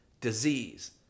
disease